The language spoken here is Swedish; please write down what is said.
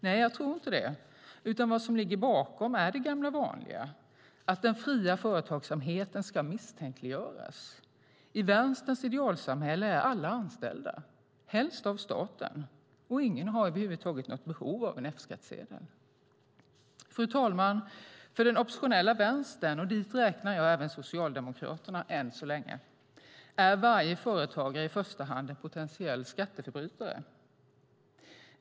Nej, jag tror inte det, utan vad som ligger bakom är det gamla vanliga, att den fria företagsamheten ska misstänkliggöras. I vänsterns idealsamhälle är alla anställda, helst av staten, och ingen har över huvud taget något behov av en F-skattsedel. Fru talman! För den oppositionella vänstern, och dit räknar jag även Socialdemokraterna än så länge, är varje företagare i första hand en potentiell skatteförbrytare.